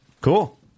Cool